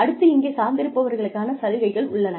அடுத்து இங்கே சார்ந்திருப்பவர்களுக்கான சலுகைகள் உள்ளன